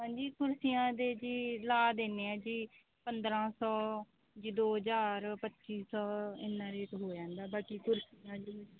ਹਾਂਜੀ ਕੁਰਸੀਆਂ ਦੇ ਜੀ ਲਾ ਦਿੰਦੇ ਹਾਂ ਜੀ ਪੰਦਰਾਂ ਸੌ ਜੀ ਦੋ ਹਜ਼ਾਰ ਪੱਚੀ ਸੌ ਇੰਨਾ ਰੇਟ ਹੋ ਜਾਂਦਾ ਬਾਕੀ ਕੁਰਸੀਆਂ ਜਿਵੇਂ